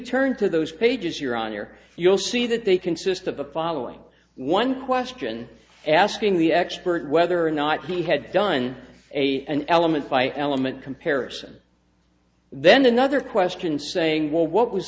turn to those pages you're on your you'll see that they consist of the following one question asking the expert whether or not he had done a an element by element comparison then another question saying well what was